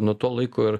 nuo to laiko ir